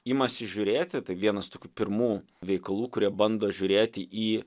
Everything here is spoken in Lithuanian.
imasi žiūrėti tai vienas tokių pirmų veikalų kurie bando žiūrėti į